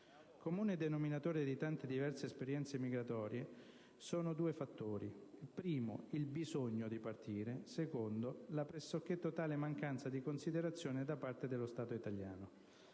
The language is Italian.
comune denominatore di tante diverse esperienze migratorie sono stati due fattori: primo, il bisogno di partire; secondo, la pressoché totale mancanza di considerazione da parte dello Stato italiano.